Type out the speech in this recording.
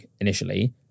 initially